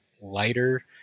lighter